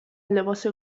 لباس